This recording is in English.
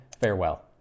farewell